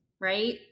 right